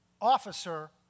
officer